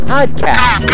Podcast